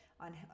on